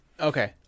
Okay